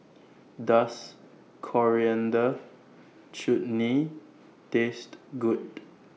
Does Coriander Chutney Taste Good